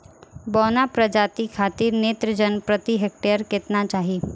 बौना प्रजाति खातिर नेत्रजन प्रति हेक्टेयर केतना चाही?